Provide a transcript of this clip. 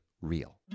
real